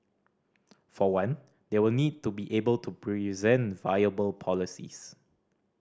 for one they will need to be able to present viable policies